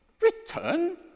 Return